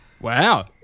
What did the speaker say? Wow